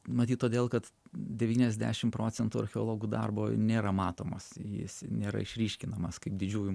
matyt todėl kad devyniasdešim procentų archeologų darbo nėra matomas jis nėra išryškinamas kaip didžiųjų